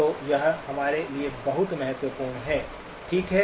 तो यह हमारे लिए बहुत महत्वपूर्ण है ठीक है